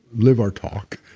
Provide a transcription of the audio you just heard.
live our talk,